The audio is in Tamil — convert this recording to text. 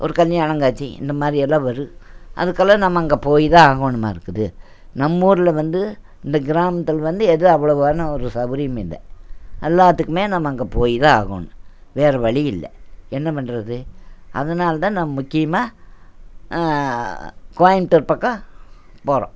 ஒரு கல்யாணம் காட்சி இந்த மாதிரி எல்லாம் வரும் அதுக்கெல்லாம் நம்ம அங்கே போய்தான் ஆகணுமாயிருக்குது நம்ம ஊரில் வந்து இந்த கிராமத்தில் வந்து எதுவும் அவ்வளோவான ஒரு சவுகரியும் இல்லை எல்லாத்துக்குமே நம்ம அங்கே போய் தான் ஆகணும் வேறு வழி இல்லை என்ன பண்ணுறது அதனால் தான் நம்ம முக்கியமாக கோயம்புத்தூர் பக்கம் போகிறோம்